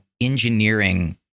engineering